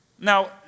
Now